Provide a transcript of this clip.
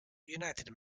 united